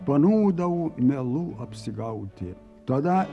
panūdau melu apsigauti tada